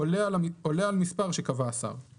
עולה על מספר שקבע השר;